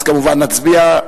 אז, כמובן, נצביע,